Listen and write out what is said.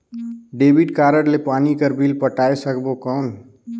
Debit card ले पानी कर बिल पटाय सकबो कौन?